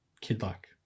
kid-like